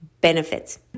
benefits